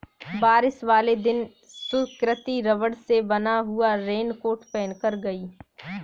बारिश वाले दिन सुकृति रबड़ से बना हुआ रेनकोट पहनकर गई